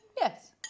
Yes